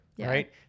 right